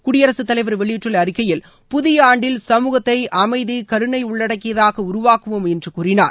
குடியரகத் தலைவர் வெளியிட்டுள்ள அறிக்கையில் புதிய ஆண்டில் சமூகத்தை அமைதி கருணை உள்ளடக்கியதாக உருவாக்குவோம் என்று கூறினார்